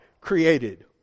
created